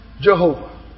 Jehovah